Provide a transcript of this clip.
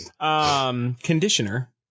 Conditioner